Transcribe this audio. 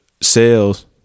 sales